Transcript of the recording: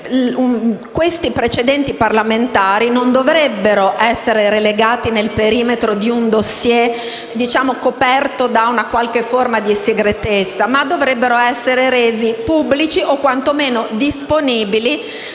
questi precedenti parlamentari non dovrebbero essere relegati nel perimetro di un *dossier* coperto da una qualche forma di segretezza, ma dovrebbero resi pubblici o quanto meno disponibili,